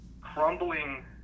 crumbling